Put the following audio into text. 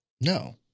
No